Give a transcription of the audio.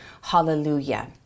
Hallelujah